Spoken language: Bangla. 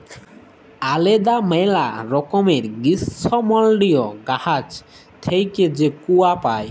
আলেদা ম্যালা রকমের গীষ্মমল্ডলীয় গাহাচ থ্যাইকে যে কূয়া পাই